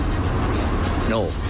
No